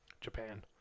Japan